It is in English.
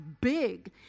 big